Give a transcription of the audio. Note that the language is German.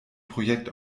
projekt